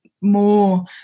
more